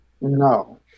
No